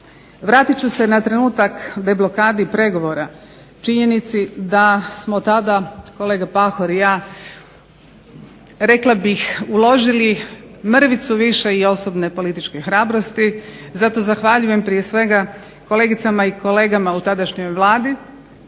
Vratiti ću se na trenutak deblokadi pregovora, činjenica da smo da tada kolega Pahor i ja uložili mrvicu više i osobne političke hrabrosti, zato zahvaljujem prije svega kolegicama i kolegama u tadašnjoj Vladi